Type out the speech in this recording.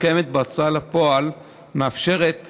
שקיימת בהוצאה לפועל מאפשרת